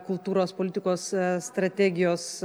kultūros politikos strategijos